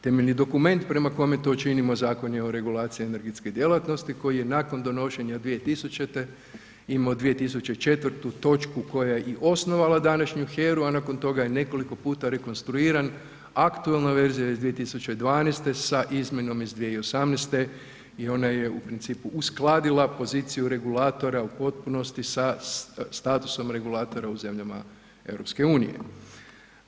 Temeljni dokument prema kome to činimo Zakon je o regulaciji energetske djelatnosti koji je nakon donošenja 2000., imao 2004. točku koja je i osnovala današnju HERA-u a nakon toga je nekoliko puta rekonstruiran, aktualna verzija iz 2012. sa izmjenom iz 2018. i ona je u principu uskladila poziciju regulatora u potpunosti sa statusom regulatora u zemljama EU-a.